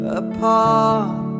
apart